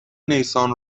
نیسان